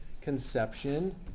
conception